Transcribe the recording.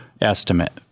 estimate